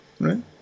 Right